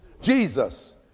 Jesus